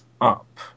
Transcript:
up